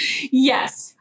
yes